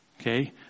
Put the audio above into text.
Okay